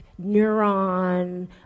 neuron